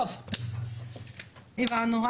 טוב, הבנו.